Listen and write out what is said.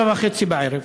19:30, ערב.